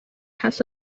has